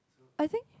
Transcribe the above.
I think